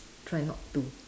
try not to